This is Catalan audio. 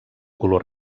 color